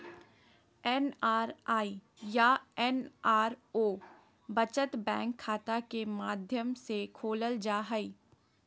NRE या NRO बचत bank खाता के माध्यम से खोलल जा हइ